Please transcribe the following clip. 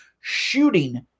shooting